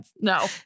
No